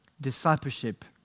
discipleship